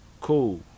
Cool